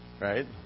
Right